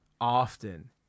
often